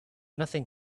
nothing